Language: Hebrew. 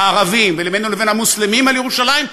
הערבים ובינינו לבין המוסלמים על ירושלים,